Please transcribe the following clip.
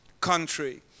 country